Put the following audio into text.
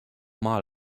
mal